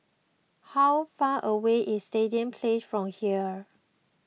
how far away is Stadium Place from here